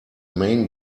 main